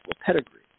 pedigree